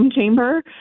chamber